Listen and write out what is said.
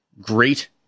great